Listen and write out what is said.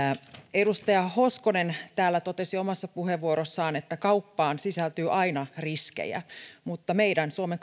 edustaja hoskonen täällä totesi omassa puheenvuorossaan että kauppaan sisältyy aina riskejä mutta meidän suomen